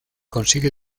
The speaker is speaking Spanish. consigue